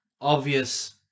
obvious